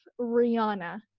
Rihanna